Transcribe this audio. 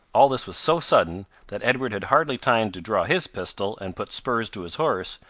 all this was so sudden, that edward had hardly time to draw his pistol and put spurs to his horse,